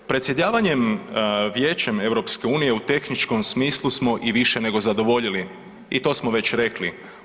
Predsjedavanjem Vijećem EU u tehničkom smislu smo i više nego zadovoljili i to smo već rekli.